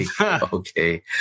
Okay